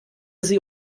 sie